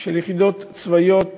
של יחידות צבאיות